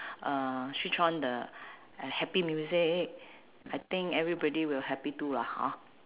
uh switch on the happy music I think everybody will happy too lah hor